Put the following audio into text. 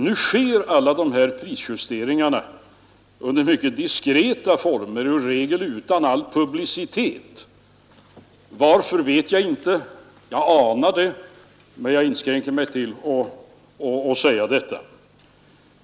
Nu sker alla de här prisjusteringarna under mycket diskreta former och i regel utan all publicitet. Varför vet jag inte; jag anar det, men jag inskränker mig till att säga detta.